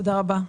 תודה רבה.